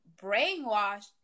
brainwashed